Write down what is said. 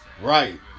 Right